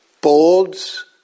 Boards